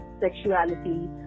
sexuality